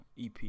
ep